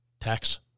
Tax